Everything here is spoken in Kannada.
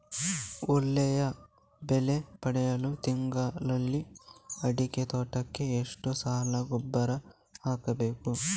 ಒಳ್ಳೆಯ ಬೆಲೆ ಪಡೆಯಲು ತಿಂಗಳಲ್ಲಿ ಅಡಿಕೆ ತೋಟಕ್ಕೆ ಎಷ್ಟು ಸಲ ಗೊಬ್ಬರ ಹಾಕಬೇಕು?